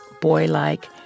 boy-like